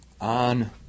on